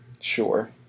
Sure